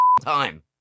time